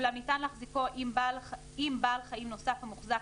אולם ניתן להחזיקו עם בעל חיים נוסף המוחזק